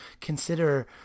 consider